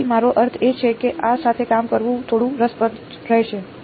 તેથી મારો અર્થ એ છે કે આ સાથે કામ કરવું થોડું રસપ્રદ રહેશે